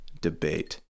debate